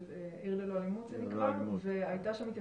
של עיר ללא אלימות הייתה שם התייחסות,